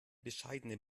bescheidene